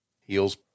Heels